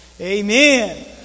amen